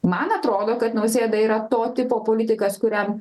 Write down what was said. man atrodo kad nausėda yra to tipo politikas kuriam